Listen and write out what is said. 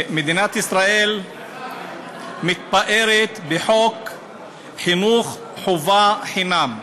מדינת ישראל מתפארת בחוק חינוך חובה חינם.